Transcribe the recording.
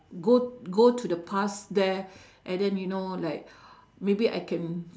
go go to the past there and then you know like maybe I can